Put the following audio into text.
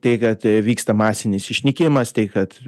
tai kad vyksta masinis išnykimas tai kad